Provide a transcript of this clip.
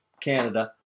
Canada